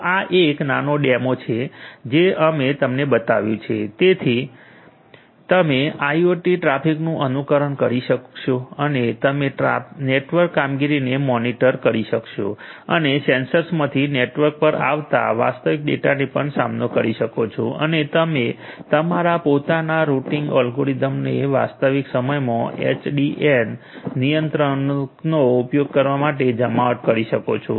તો આ એક નાનો ડેમો છે જે અમે તમને બતાવ્યું છે જેથી તમે આઇઓટી ટ્રાફિકનું અનુકરણ કરી શકો અને તમે નેટવર્ક કામગીરીને મોનિટર કરી શકો તમે સેન્સર્સથી નેટવર્ક પર આવતા વાસ્તવિક ડેટાને પણ સામનો કરી શકો છો અને તમે તમારા પોતાના રૂટીંગ અલ્ગોરિધમનો વાસ્તવિક સમયમાં એસડીએન નિયંત્રકનો ઉપયોગ કરવા માટે જમાવટ કરી શકો છો